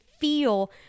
feel